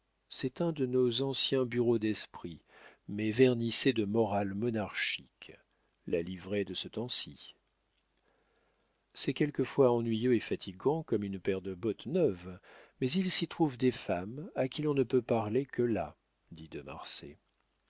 c'est un de nos anciens bureaux d'esprit mais vernissé de morale monarchique la livrée de ce temps-ci c'est quelquefois ennuyeux et fatigant comme une paire de bottes neuves mais il s'y trouve des femmes à qui l'on ne peut parler que là